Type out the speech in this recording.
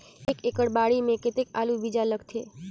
एक एकड़ बाड़ी मे कतेक आलू बीजा लगथे?